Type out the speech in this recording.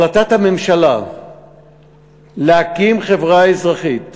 2. בהחלטת הממשלה להקים חברה אזרחית